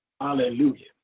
Hallelujah